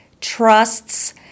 trusts